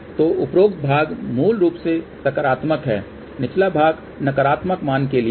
तो उपरोक्त भाग मूल रूप से सकारात्मक है निचला भाग नकारात्मक मानके लिए है